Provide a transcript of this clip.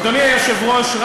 אדוני היושב-ראש,